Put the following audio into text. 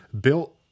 built